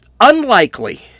unlikely